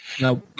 No